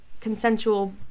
consensual